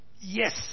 Yes